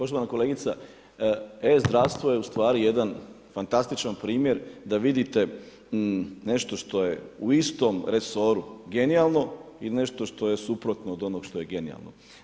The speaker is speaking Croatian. Poštovana kolegica, e-zdravstvo je u stvari jedan fantastičan primjer da vidite nešto što je u istom resoru genijalno i nešto što je suprotno od onog što je genijalno.